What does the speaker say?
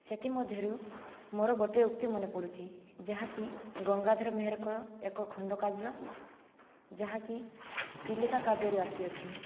ସେଥିମଧ୍ୟରୁ ମୋର ଗୋଟିଏ ଉକ୍ତି ମନେ ପଡ଼ୁଛି ଯାହାକି ଗଙ୍ଗାଧର ମେହେରଙ୍କର ଏକ ଖଣ୍ଡ କାବ୍ୟ ଯାହାକି ଚିଲିକା କାବ୍ୟରୁ ଆସିଅଛି